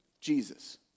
Jesus